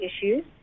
issues